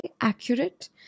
accurate